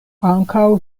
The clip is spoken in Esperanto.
ankaŭ